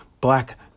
black